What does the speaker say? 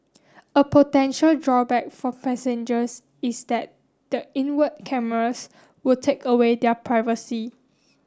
a potential drawback for passengers is that the inward cameras would take away their privacy